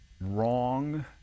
wrong